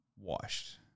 washed